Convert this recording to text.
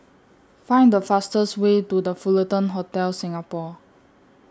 Find The fastest Way to The Fullerton Hotel Singapore